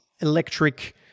electric